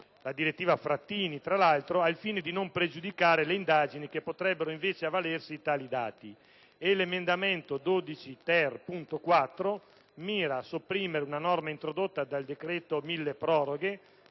direttiva Frattini, al fine di non pregiudicare le indagini che potrebbero invece avvalersi di tali dati. L'emendamento 12-*ter*.4 mira a sopprimere una norma introdotta dal decreto milleproroghe,